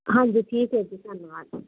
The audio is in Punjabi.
ਹਾਂਜੀ ਠੀਕ ਹੈ ਜੀ ਧੰਨਵਾਦ